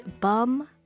Bum